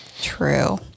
true